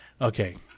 Okay